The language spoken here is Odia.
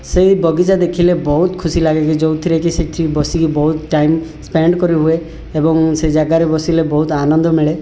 ସେଇ ବଗିଚା ଦେଖିଲେ ବହୁତ ଖୁସିଲାଗେ ଯେ ଯୋଉଥିରେକି ସେଠି ବସିକି ବହୁତ ଟାଇମ୍ ସ୍ପେଣ୍ଡ କରିହୁଏ ଏବଂ ସେ ଜାଗାରେ ବସିଲେ ବହୁତ ଆନନ୍ଦ ମିଳେ